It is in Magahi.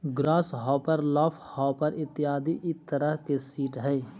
ग्रास हॉपर लीफहॉपर इत्यादि इ तरह के सीट हइ